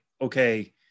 okay